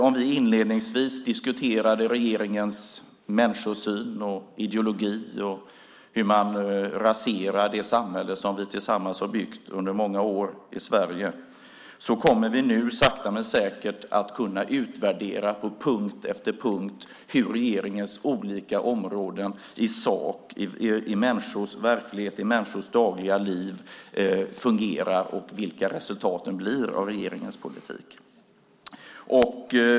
Om vi inledningsvis diskuterade regeringens människosyn, ideologi och hur regeringen raserar det samhälle som vi tillsammans har byggt under många år i Sverige, kommer vi nu sakta men säkert att på punkt efter punkt kunna utvärdera hur regeringens politik på olika områden fungerar i människors verklighet och dagliga liv, vilka resultaten blir av regeringens politik.